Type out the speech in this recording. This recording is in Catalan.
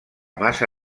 massa